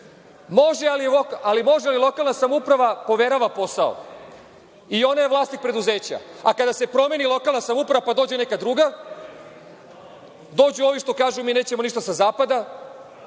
Može li lokalna samouprava da poverava posao? Ona je vlasnik preduzeća. A kada se promeni lokalna samouprava pa dođe neka druga, dođu ovi što kažu – mi nećemo ništa sa zapada,